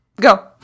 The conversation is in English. Go